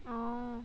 orh